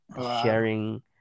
Sharing